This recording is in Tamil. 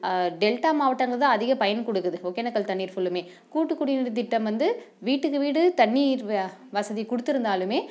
டெல்டா மாவட்டங்கள் தான் அதிகம் பயன் கொடுக்குது ஒகேனக்கல் தண்ணீர் ஃபுல்லுமே கூட்டு குடிநீர் திட்டம் வந்து வீட்டுக்கு வீடு தண்ணீர் வ வசதி கொடுத்துருந்தாலுமே